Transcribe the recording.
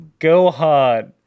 Gohan